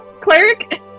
cleric